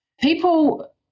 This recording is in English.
People